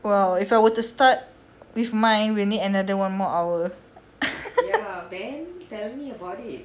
!wow! if I were to start with mine we need another one more hour